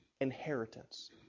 inheritance